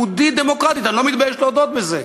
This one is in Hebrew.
אני לא מתבייש להודות בזה.